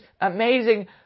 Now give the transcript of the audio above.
amazing